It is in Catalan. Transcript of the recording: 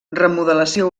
remodelació